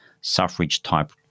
suffrage-type